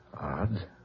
Odd